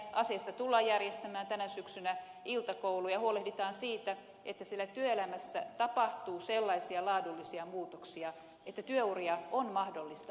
asiasta tullaan järjestämään tänä syksynä iltakoulu ja huolehditaan siitä että työelämässä tapahtuu sellaisia laadullisia muutoksia että työuria on mahdollista pidentää